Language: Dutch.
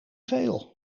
veel